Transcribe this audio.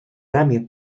ramię